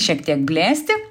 šiek tiek blėsti